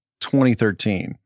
2013